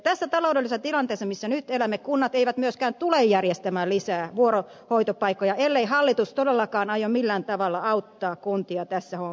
tässä taloudellisessa tilanteessa jossa nyt elämme kunnat eivät myöskään tule järjestämään lisää vuorohoitopaikkoja ellei hallitus todellakaan aio millään tavalla auttaa kuntia tässä hommassa